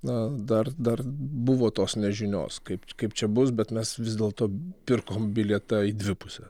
na dar dar buvo tos nežinios kaip kaip čia bus bet mes vis dėlto pirkom bilietą į dvi puses